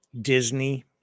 Disney